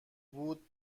بود